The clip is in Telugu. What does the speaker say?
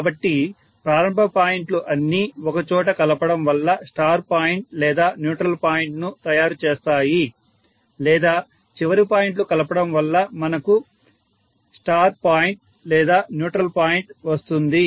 కాబట్టి ప్రారంభ పాయింట్లు అన్నీ ఒకచోట కలపడం వల్ల స్టార్ పాయింట్ లేదా న్యూట్రల్ పాయింట్ ను తయారుచేస్తాయి లేదా చివరి పాయింట్లు కలపడం వల్ల మనకు స్టార్ పాయింట్ లేదా న్యూట్రల్ పాయింట్ వస్తుంది